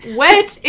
wet